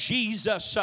Jesus